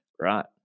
Right